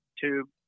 tube